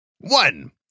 One